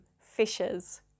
fishers